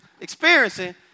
experiencing